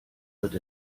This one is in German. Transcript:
wird